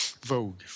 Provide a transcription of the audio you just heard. Vogue